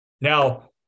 Now